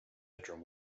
bedroom